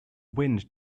wind